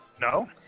No